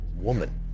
woman